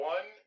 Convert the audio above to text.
One